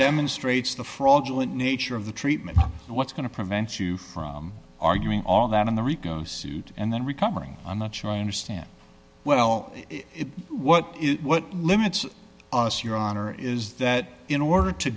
demonstrates the fraudulent nature of the treatment what's going to prevent you from arguing all that in the rico suit and then recovering i'm not sure i understand well what is what limits us your honor is that in order to